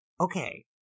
Okay